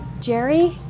Jerry